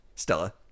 Stella